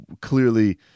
clearly